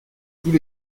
tous